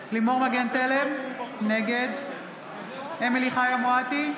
לימור מגן תלם, נגד אמילי חיה מואטי,